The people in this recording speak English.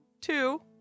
Two